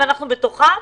בעולם ואנחנו בתוכם,